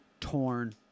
torn